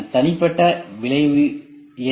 தனிப்பட்ட விளைவு என்ன